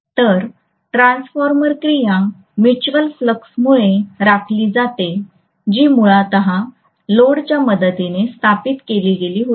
तर ट्रान्सफॉर्मर क्रिया म्युच्युअल फ्लक्समुळे राखली जाते जी मूळत लोडच्या मदतीने स्थापित केली गेली होती